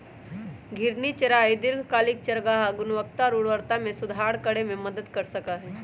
घूर्णी चराई दीर्घकालिक चारागाह गुणवत्ता और उर्वरता में सुधार करे में मदद कर सका हई